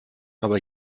aber